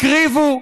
הקריבו.